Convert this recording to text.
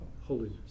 holiness